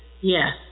Yes